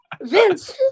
Vince